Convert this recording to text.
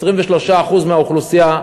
23% מהאוכלוסייה